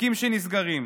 תיקים שנסגרים,